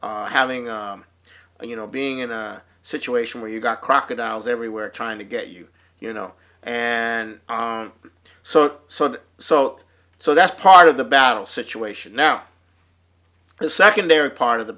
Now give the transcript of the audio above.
d having you know being in a situation where you've got crocodiles everywhere trying to get you you know and so so so that's part of the battle situation now is secondary part of the